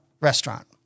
restaurant